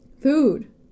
Food